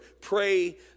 pray